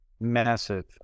Massive